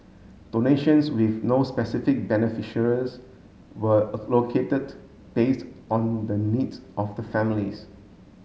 donations with no specific beneficiaries were allocated based on the needs of the families